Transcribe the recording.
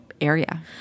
area